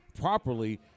properly